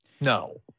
No